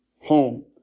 home